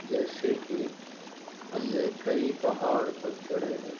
جیسے کہ ہم نے کئی پہاڑ پر چڑھے ہیں